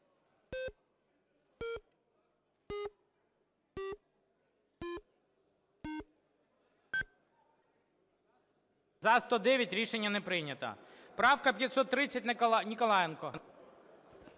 За-109 Рішення не прийнято. Правка 530, Ніколаєнко.